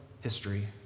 history